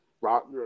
Rock